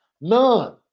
None